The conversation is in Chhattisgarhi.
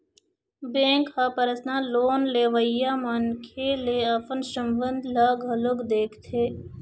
बेंक ह परसनल लोन लेवइया मनखे ले अपन संबंध ल घलोक देखथे